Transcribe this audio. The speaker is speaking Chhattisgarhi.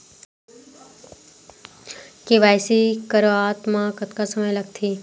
के.वाई.सी करवात म कतका समय लगथे?